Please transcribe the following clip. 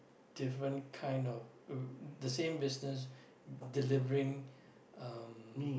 different kind of the same business delivering